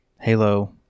Halo